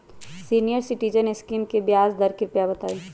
senior citizen scheme के ब्याज दर कृपया बताईं